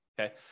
okay